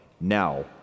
now